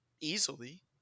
easily